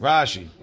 Rashi